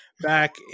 back